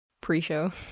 pre-show